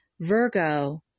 Virgo